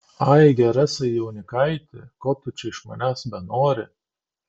ai gerasai jaunikaiti ko tu čia iš manęs benori